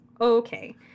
Okay